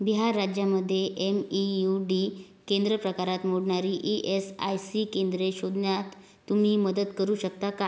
बिहार राज्यामध्ये M E U D केंद्र प्रकारात मोडणारी ई एस आय सी केंद्रे शोधण्यात तुम्ही मदत करू शकता का